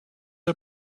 are